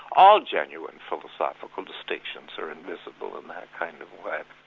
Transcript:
all genuine philosophical distinctions are invisible in that kind of way.